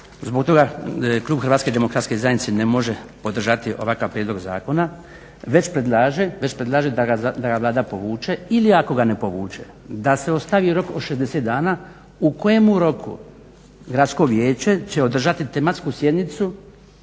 Zbog toga klub HDZ-a ne može podržati ovakav prijedlog zakona već predlaže da ga Vlada povuče ili ako ga ne povuče da se ostavi rok od 60 dana u kojemu roku će gradsko vijeće održati tematsku sjednicu